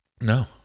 No